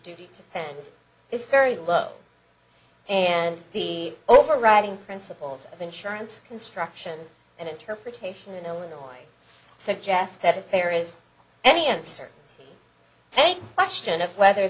duty to him is very low and the overriding principles of insurance construction and interpretation in illinois suggest that if there is any answer any question of whether